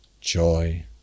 Joy